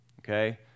okay